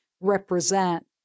represent